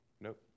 Nope